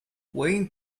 wayne